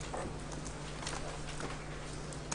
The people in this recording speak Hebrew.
בבקשה.